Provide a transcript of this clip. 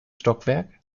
stockwerk